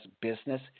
business